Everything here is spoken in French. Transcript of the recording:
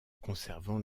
conservant